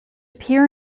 peer